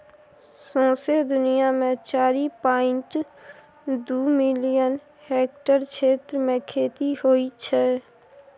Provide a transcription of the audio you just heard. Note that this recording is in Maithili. सौंसे दुनियाँ मे चारि पांइट दु मिलियन हेक्टेयर क्षेत्र मे खेती होइ छै